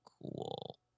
Cool